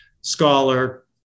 scholar